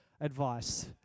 advice